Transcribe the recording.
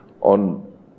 on